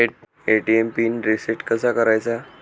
ATM PIN reset कसा करायचा?